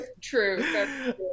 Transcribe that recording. true